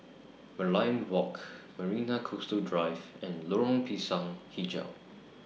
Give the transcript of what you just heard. Merlion Walk Marina Coastal Drive and Lorong Pisang Hijau